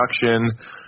production –